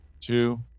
Two